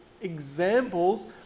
examples